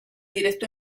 directo